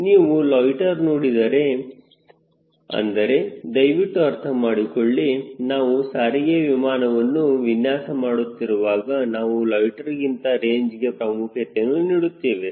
ನೀವು ಲೊಯ್ಟ್ಟೆರ್ ನೋಡಿದರೆ ಅಂದರೆ ದಯವಿಟ್ಟು ಅರ್ಥ ಮಾಡಿಕೊಳ್ಳಿ ನಾವು ಸಾರಿಗೆ ವಿಮಾನವನ್ನು ವಿನ್ಯಾಸ ಮಾಡುತ್ತಿರುವಾಗ ನಾವು ಲೊಯ್ಟ್ಟೆರ್ಗಿಂತ ರೇಂಜ್ಗೆ ಪ್ರಾಮುಖ್ಯತೆಯನ್ನು ನೀಡುತ್ತೇವೆ